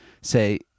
say